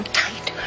tight